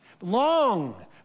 long